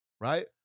right